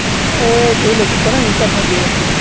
એ જોઈ લઈશું ચાલો ને હિસાબમાં જે હશે એ